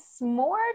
more